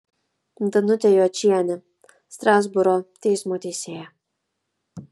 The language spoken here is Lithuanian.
danutė jočienė strasbūro teismo teisėja